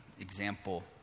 example